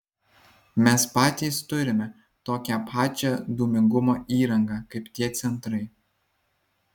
mes patys turime tokią pačią dūmingumo įrangą kaip tie centrai